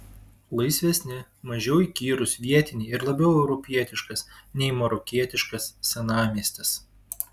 laisvesni mažiau įkyrūs vietiniai ir labiau europietiškas nei marokietiškas senamiestis